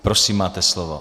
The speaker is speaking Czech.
Prosím, máte slovo.